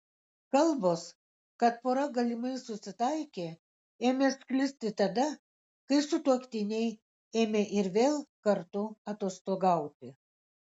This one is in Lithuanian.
kalbos kad pora galimai susitaikė ėmė sklisti tada kai sutuoktiniai ėmė ir vėl kartu atostogauti